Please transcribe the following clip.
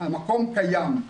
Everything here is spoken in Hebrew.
המקום קיים.